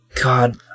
God